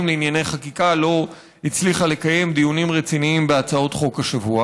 לענייני חקיקה לא הצליחה לקיים דיונים רציניים בהצעות חוק השבוע,